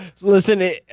Listen